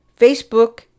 Facebook